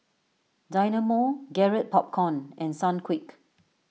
Dynamo Garrett Popcorn and Sunquick